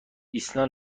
ایسنا